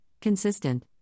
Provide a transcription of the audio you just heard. consistent